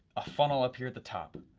a funnel up here at the top,